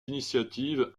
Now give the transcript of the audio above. initiatives